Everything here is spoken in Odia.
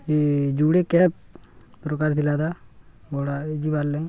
ଏ ଯୁଡ଼େ କ୍ୟାବ୍ ପ୍ରକାର ଥିଲା ଦା ଭଡ଼ା ଏ ଯିବାର୍ ଲାଗି